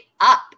up